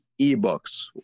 ebooks